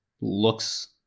looks